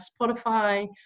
spotify